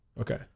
Okay